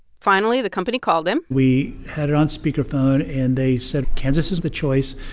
finally, the company called him we had it on speakerphone, and they said kansas is the choice.